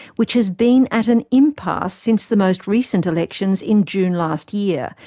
which has been at an impasse since the most recent elections in june last year,